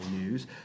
news